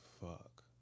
fuck